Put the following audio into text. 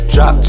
Drop